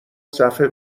صفحه